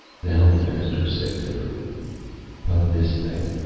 the health minister said bitterly not this thing!